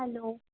hello